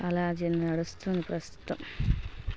అలా నడుస్తుంది ప్రస్తుతం